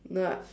no lah